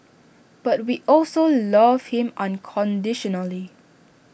but we also love him unconditionally